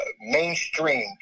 mainstream